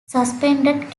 suspended